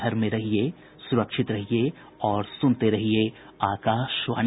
घर में रहिये सुरक्षित रहिये और सुनते रहिये आकाशवाणी